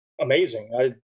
amazing